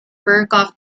berghoff